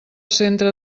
centre